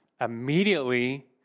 immediately